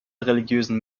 religiösen